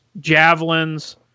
javelins